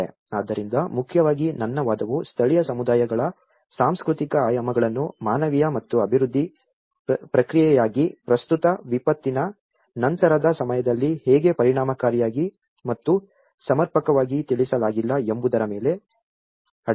ಆದ್ದರಿಂದ ಮುಖ್ಯವಾಗಿ ನನ್ನ ವಾದವು ಸ್ಥಳೀಯ ಸಮುದಾಯಗಳ ಸಾಂಸ್ಕೃತಿಕ ಆಯಾಮಗಳನ್ನು ಮಾನವೀಯ ಮತ್ತು ಅಭಿವೃದ್ಧಿ ಪ್ರಕ್ರಿಯೆಗಾಗಿ ಪ್ರಸ್ತುತ ವಿಪತ್ತಿನ ನಂತರದ ಸಮಯದಲ್ಲಿ ಹೇಗೆ ಪರಿಣಾಮಕಾರಿಯಾಗಿ ಮತ್ತು ಸಮರ್ಪಕವಾಗಿ ತಿಳಿಸಲಾಗಿಲ್ಲ ಎಂಬುದರ ಮೇಲೆ ಅಡಗಿದೆ